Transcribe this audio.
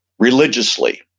religiously.